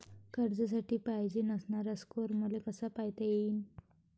कर्जासाठी पायजेन असणारा स्कोर मले कसा पायता येईन?